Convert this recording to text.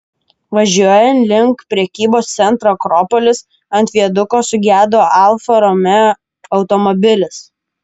važiuojant link prekybos centro akropolis ant viaduko sugedo alfa romeo automobilis